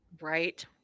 Right